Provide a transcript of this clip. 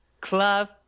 club